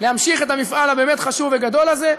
להמשיך את המפעל הבאמת-חשוב וגדול הזה.